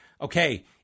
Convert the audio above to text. okay